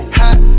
hot